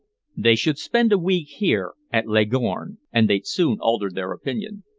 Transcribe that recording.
they should spend a week here, at leghorn, and they'd soon alter their opinion.